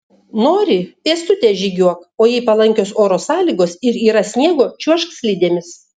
nori pėstute žygiuok o jei palankios oro sąlygos ir yra sniego čiuožk slidėmis